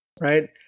right